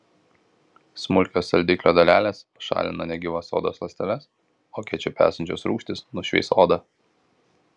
smulkios saldiklio dalelės pašalina negyvas odos ląsteles o kečupe esančios rūgštys nušveis odą